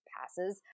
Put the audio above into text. passes